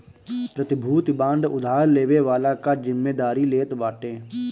प्रतिभूति बांड उधार लेवे वाला कअ जिमेदारी लेत बाटे